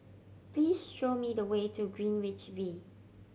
please show me the way to Greenwich V